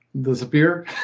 disappear